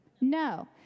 No